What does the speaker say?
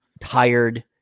tired